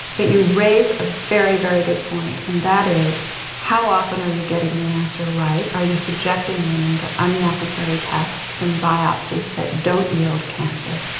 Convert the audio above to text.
but you raise a very, very good point and that is how often are you getting the answer right, are you subjecting women to unnecessary tests and biopsies that don't yield cancer.